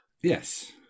Yes